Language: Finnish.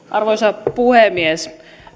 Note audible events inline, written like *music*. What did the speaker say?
*unintelligible* arvoisa puhemies